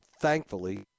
thankfully